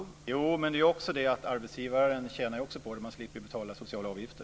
Herr talman! Jo, men det gör också att arbetsgivaren tjänar på det, för man slipper betala sociala avgifter.